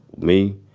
me?